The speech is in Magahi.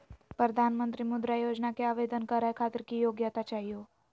प्रधानमंत्री मुद्रा योजना के आवेदन करै खातिर की योग्यता चाहियो?